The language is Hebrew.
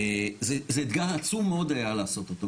זה אתגר עצום מאוד היה לעשות אותו.